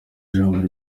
jambo